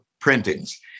printings